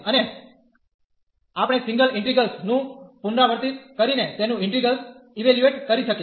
અને આપણે single integrals નું પુનરાવર્તિત કરીને તેનું ઇન્ટીગ્રેલ્સ ઇવેલ્યુએટ કરી શકીએ